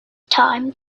time